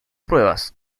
pruebas